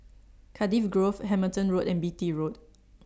Cardiff Grove Hamilton Road and Beatty Road